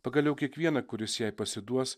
pagaliau kiekvieną kuris jai pasiduos